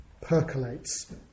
percolates